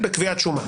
בקביעת שומה.